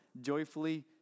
joyfully